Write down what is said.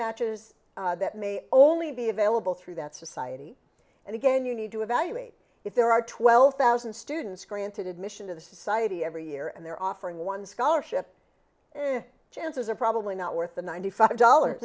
matches that may only be available through that society and again you need to evaluate if there are twelve thousand students granted admission to the society every year and they're offering one scholarship chances are probably not worth the ninety five dollars